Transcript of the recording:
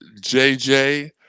JJ